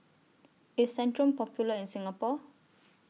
IS Centrum Popular in Singapore